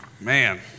Man